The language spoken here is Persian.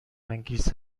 انگیز